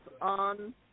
on